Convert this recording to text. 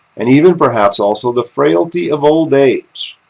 and even perhaps also the frailty of old age,